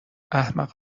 احمق